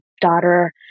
daughter